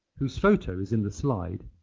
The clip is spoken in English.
whose photo is in the slide,